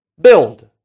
Build